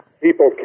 People